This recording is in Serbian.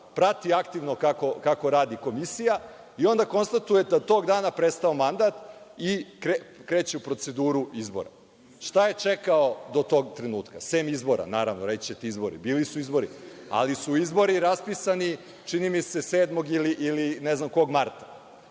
prati aktivno kako radi Komisija i onda konstatuje da je tog dana prestao mandat i kreće u proceduru izbora. Šta je čekao do tog trenutka, sem izbora? Naravno, reći ćete - izbori. Bili su izbori, ali su izbori raspisani, čini mi se 7. ili ne znam kog marta.